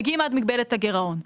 מגיעים עד מגבלת הגירעון.